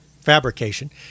fabrication